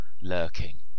lurking